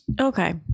Okay